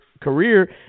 career